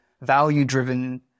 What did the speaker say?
value-driven